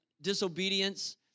disobedience